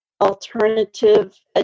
alternative